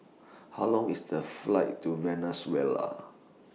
How Long IS The Flight to Venezuela